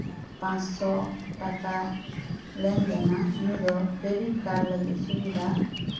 ᱯᱟᱸᱥᱥᱚ ᱴᱟᱠᱟ ᱞᱮᱱᱫᱮᱱᱟ ᱩᱱᱤ ᱫᱚ ᱠᱨᱮᱰᱤᱴ ᱠᱟᱨᱰ ᱞᱟᱹᱜᱤᱫ ᱥᱩᱵᱤᱫᱷᱟ